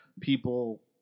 people